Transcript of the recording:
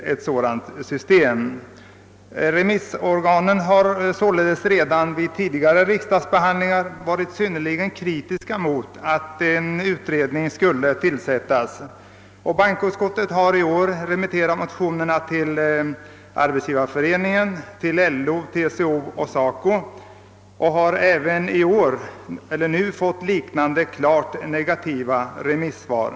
Remissinstanserna har sålunda varit synnerligen kritiska mot förslaget att tillsätta en utredning. Bankoutskottet har i år remitterat motionerna till SAF, LO, TCO och SACO, och även denna gång har utskottet fått klart negativa remissvar.